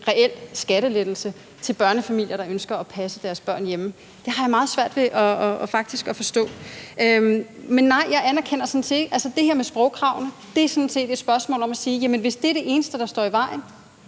reel skattelettelse til børnefamilier, der ønsker at passe deres børn hjemme. Det har jeg faktisk meget svært ved at forstå. Men nej, jeg anerkender det sådan set ikke. Altså, hvad angår det her med sprogkravene, vil jeg sige, at hvis det er det eneste, der står i vejen,